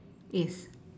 yes